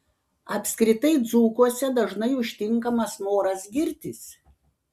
apskritai dzūkuose dažnai užtinkamas noras girtis